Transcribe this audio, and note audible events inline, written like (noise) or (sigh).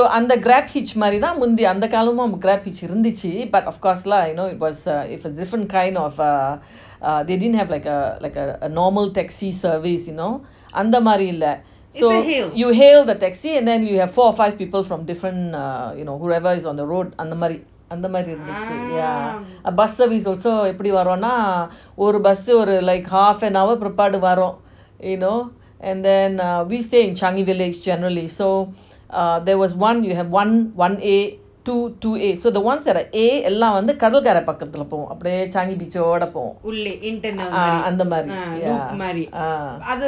so under grab hitch மாறி தான்:maari thaan but of course lah you know it was err it's a different kind of uh (breath) uh they didn't have like a like a normal taxi service you know அந்த மாறி இல்ல:antha maari illa so you hail the taxi and you have four or five people from different uh you know whoever is on the road அந்த மாறி அந்த மாறி இருந்துச்சி:antha maari antha maari irunthuchi yeah a bus service also எப்பிடி வருமான ஒரு:epidi varumna oru buses like half an hour பிற்பாடு வரும்:pirpaadu varum you know and then we stay in changi village generally so uh you have one-one-A two-two-A so the ones that are A எல்லாம் வந்து:ellam vanthu changi beach கடற்கரை பக்கத்துல போகும் அப்பிடியே:kadalkarai pakathula pogum apidiyae uh changi beach ஓட போகும்:ooda pogum uh yeah uh